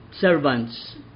servants